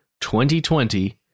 2020